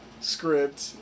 script